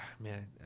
man